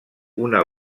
una